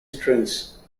strings